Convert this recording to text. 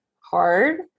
hard